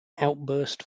outburst